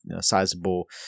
Sizable